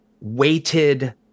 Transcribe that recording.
weighted